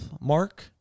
mark